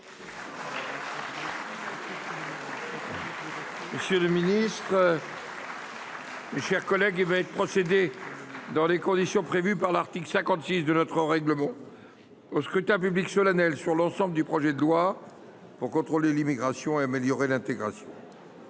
force et conviction. Mes chers collègues, il va être procédé, dans les conditions prévues par l’article 56 du règlement, au scrutin public solennel sur l’ensemble du projet de loi pour contrôler l’immigration, améliorer l’intégration.